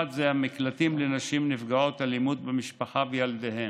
הראשון הוא המקלטים לנשים נפגעות אלימות במשפחה וילדיהן.